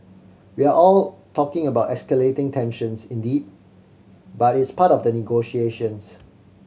we're all talking about escalating tensions indeed but it's part of the negotiations